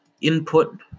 input